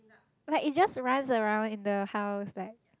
but it just runs around in the house like